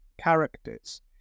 characters